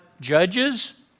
judges